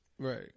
Right